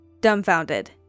Dumbfounded